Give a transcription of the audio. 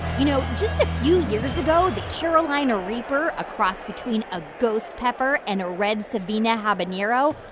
you know, just a few years ago, the carolina reaper, a cross between a ghost pepper and a red savina habanero,